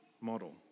model